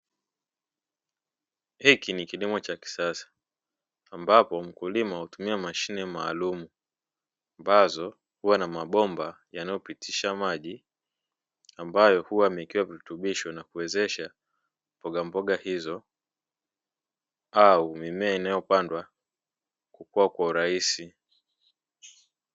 Hiki ni kilimo cha kisasa ambapo mkulima hutumia mashine maalum ambazo huwa na mabomba yanayopitisha maji ambayo huwa yamewekewa virutubisho na kuwezesha mboga mboga hizo au mimea inayopandwa uraisi.